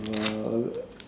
ya